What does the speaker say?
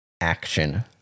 action